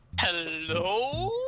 Hello